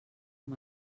amb